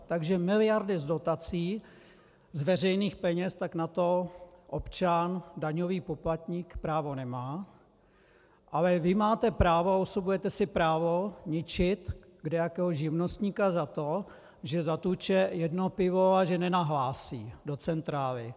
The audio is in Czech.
Takže miliardy z dotací z veřejných peněz, tak na to občan, daňový poplatník, právo nemá, ale vy máte právo a osobujete si právo ničit kdejakého živnostníka za to, že zatluče jedno pivo a že nenahlásí do centrály.